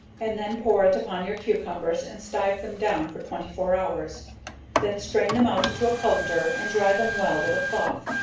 and then pour it upon your cucumbers, and stive them down for twenty four hours then strain them out into a cullender, and dry them well with a cloth,